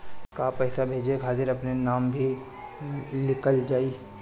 का पैसा भेजे खातिर अपने नाम भी लिकल जाइ?